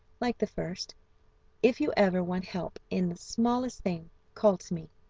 like the first if you ever want help in the smallest thing call to me.